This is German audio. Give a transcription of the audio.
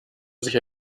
sich